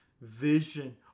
vision